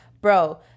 Bro